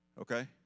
okay